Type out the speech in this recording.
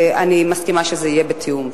ואני מסכימה שזה יהיה בתיאום.